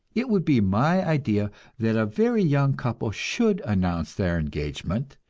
it would be my idea that a very young couple should announce their engagement,